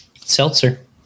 seltzer